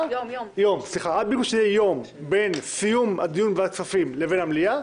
יום בין סיום הדיון בוועדת הכספים לבין המליאה,